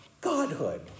Godhood